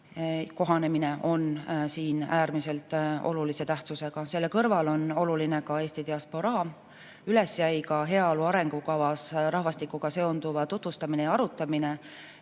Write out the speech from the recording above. Kohanemine on siin äärmiselt olulise tähtsusega, selle kõrval on oluline ka Eesti diasporaa. Üles jäi heaolu arengukavas rahvastikuga seonduva tutvustamine ja arutamine,